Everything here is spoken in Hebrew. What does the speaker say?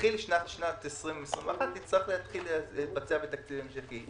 כשתתחיל שנת 2021 היא תצטרך להתחיל להתבצע בתקציב המשכי.